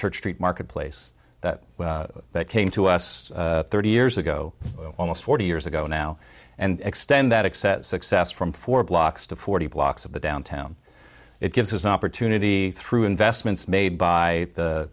church street marketplace that came to us thirty years ago almost forty years ago now and extend that except success from four blocks to forty blocks of the downtown it gives us an opportunity through investments made by the